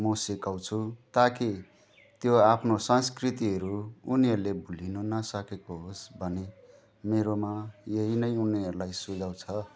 म सिकाउँछु ताकि त्यो आफ्नो संस्कृतिहरू उनीहरूले भुलिनु नसकेको होस् भन्ने मेरोमा यही नै उनीहरूलाई सुझाउ छ